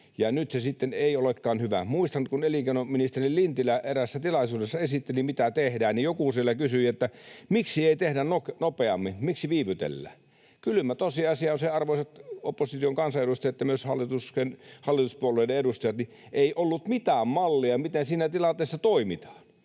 Nyt se sitten ei olekaan hyvä. Muistan, kun elinkeinoministeri Lintilä eräässä tilaisuudessa esitteli, mitä tehdään, ja joku siellä kysyi, että miksi ei tehdä nopeammin, miksi viivytellään. Kylmä tosiasia on se, arvoisat opposition kansanedustajat ja myös hallituspuolueiden edustajat, että ei ollut mitään mallia, miten siinä tilanteessa toimitaan.